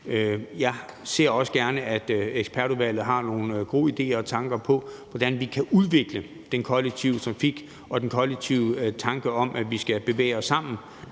Jeg ser også gerne, at ekspertudvalget kommer med nogle gode idéer og tanker, i forhold til hvordan vi kan udvikle den kollektive trafik og den kollektive tanke om, at vi skal bevæge os sammen,